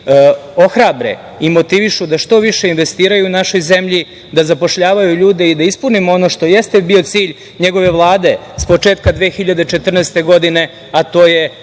ohrabre i motivišu da što više investiraju u našoj zemlji, da zapošljavaju ljude i da ispunimo ono što jeste bio cilj njegove Vlade sa početka 2014. godine, a to je